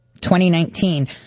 2019